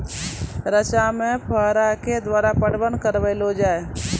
रचा मे फोहारा के द्वारा पटवन करऽ लो जाय?